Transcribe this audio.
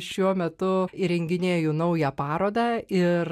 šiuo metu įrenginėju naują parodą ir